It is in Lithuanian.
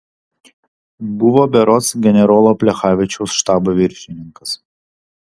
buvo berods generolo plechavičiaus štabo viršininkas